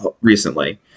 recently